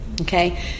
Okay